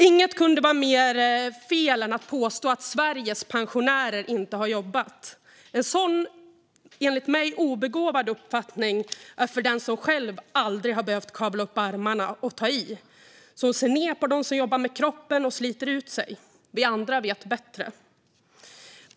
Inget kunde vara mer fel än att påstå att Sveriges pensionärer inte har jobbat. En sådan, enligt mig, obegåvad uppfattning är för den som själv aldrig har behövt kavla upp ärmarna och ta i och som ser ned på dem som jobbar med kroppen och sliter ut sig. Vi andra vet bättre.